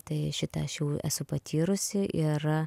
tai šitą aš jau esu patyrusi ir